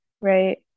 right